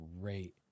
great